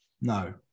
No